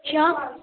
کیٛاہ